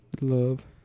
Love